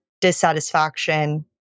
dissatisfaction